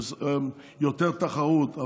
ביותר תחרות,